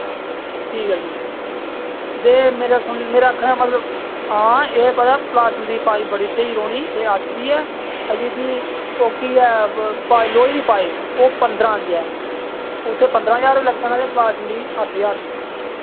ठीक ऐ जी दे मेरे सुन मेरा आक्खने दा मतलब हां एह् पता प्लास्टन दी पाइप बड़ी स्हेई रोह्नी एह् अट्ठ दी ऐ ते जेह्की ओह्की ऐ व् लोहे दी पाइप ओह् पंदरां दी ऐ उत्थै पंदरां ज्हार बी लग्गी सकदा ते प्लास्टन अट्ठ दी